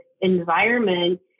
environment